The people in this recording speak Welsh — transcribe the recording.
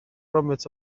gromit